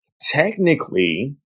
technically